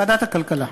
ועדת הכלכלה.